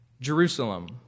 Jerusalem